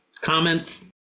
comments